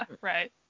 Right